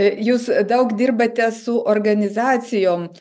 jūs daug dirbate su organizacijom